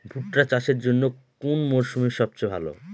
ভুট্টা চাষের জন্যে কোন মরশুম সবচেয়ে ভালো?